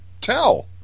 tell